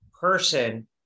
person